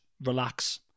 relax